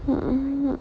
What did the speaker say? uh